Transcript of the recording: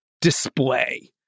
display